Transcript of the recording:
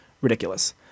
ridiculous